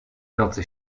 nocy